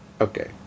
Okay